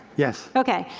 yes. okay.